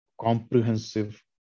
comprehensive